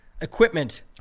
equipment